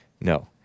No